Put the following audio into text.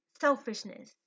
selfishness